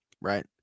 right